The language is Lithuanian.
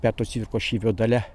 petro cvirkos šyvio dalia